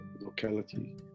locality